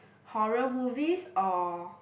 horror movies or